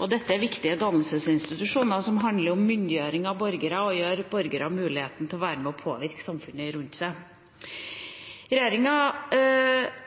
og dette er viktige dannelsesinstitusjoner som handler om myndiggjøring av borgere og gir borgere mulighet til å være med og påvirke samfunnet rundt seg. Regjeringa